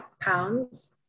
pounds